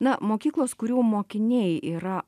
na mokyklos kurių mokiniai yra